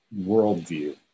worldview